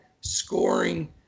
scoring